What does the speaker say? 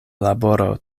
laboro